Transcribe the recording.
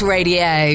Radio